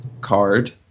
card